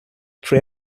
pre